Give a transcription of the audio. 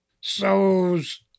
so's